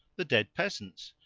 the dead peasants.